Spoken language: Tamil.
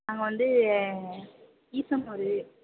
நாங்கள் வந்து ஈசனூர்